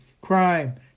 crime